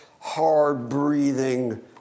hard-breathing